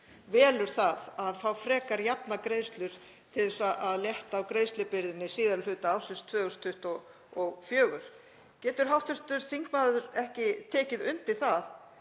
velur það að fá frekar jafnar greiðslur til að létta á greiðslubyrðinni síðari hluta ársins 2024. Getur hv. þingmaður ekki tekið undir það